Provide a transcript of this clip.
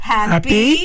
Happy